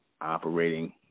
operating